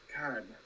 God